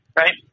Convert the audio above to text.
right